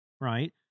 Right